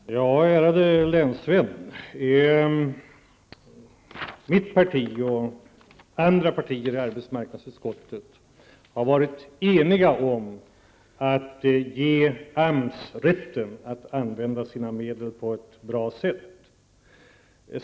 Fru talman! Ärade länsvän! Mitt partis och andra partiers företrädare i arbetsmarknadsutskottet har varit eniga om att ge AMS rätten att använda sina medel på ett bra sätt.